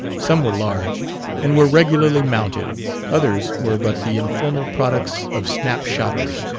some were large and were regularly mounted others were but the informal products of snap-shottery.